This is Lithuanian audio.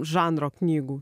žanro knygų